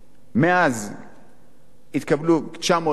ומאז התקבלו 900 פניות.